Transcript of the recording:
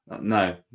No